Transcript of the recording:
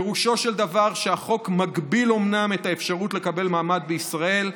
פירושו של דבר שהחוק מגביל אומנם את האפשרות לקבל מעמד בישראל,